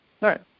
right